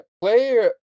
player